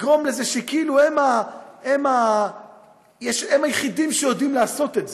לגרום לזה שכאילו הם היחידים שיודעים לעשות את זה: